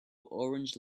orange